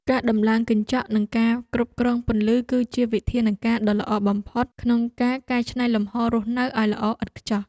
ការដំឡើងកញ្ចក់និងការគ្រប់គ្រងពន្លឺគឺជាវិធានការណ៍ដ៏ល្អបំផុតក្នុងការកែច្នៃលំហររស់នៅឱ្យល្អឥតខ្ចោះ។